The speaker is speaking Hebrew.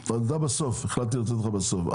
החלטתי לתת לך בסוף.